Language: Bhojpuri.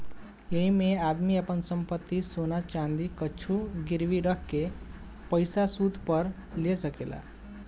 ऐइमे आदमी आपन संपत्ति, सोना चाँदी कुछु गिरवी रख के पइसा सूद पर ले सकेला